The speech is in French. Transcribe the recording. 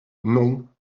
non